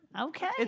Okay